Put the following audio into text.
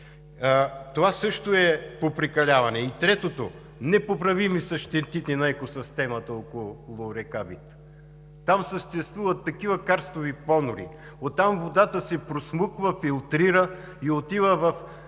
Това също е „попрекаляване“. И третото – непоправими са щетите за екосистемата около река Вит. Там съществуват такива карстови понори, оттам водата се просмуква, филтрира и отива в